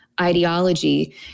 ideology